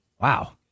Wow